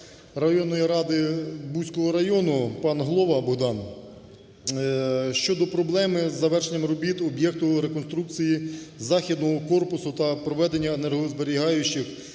районної радиБуського району пан Глова Богдан щодо проблеми з завершенням робіт об'єкту реконструкції західного корпусу та проведення енергозберігаючих